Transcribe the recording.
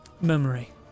Memory